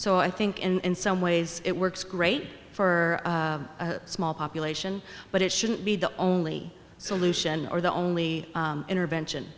so i think in some ways it works great for a small population but it shouldn't be the only solution or the only intervention